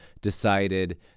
decided